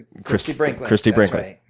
christie brinkley. christie brinkley.